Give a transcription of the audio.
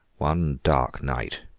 one dark night,